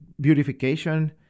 beautification